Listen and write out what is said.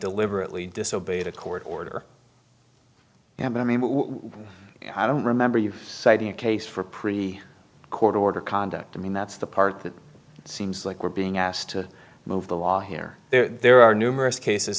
deliberately disobeyed a court order and i mean when i don't remember you citing a case for pre court order conduct i mean that's the part that seems like we're being asked to move the law here there are numerous cases